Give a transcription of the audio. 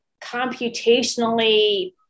computationally